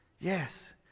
yes